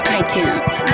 iTunes